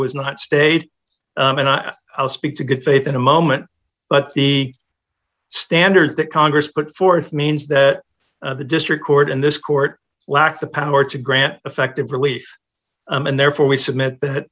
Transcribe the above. not stated and i will speak to good faith in a moment but the standard that congress put forth means that the district court and this court lacked the power to grant effective relief and therefore we submit that